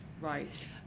Right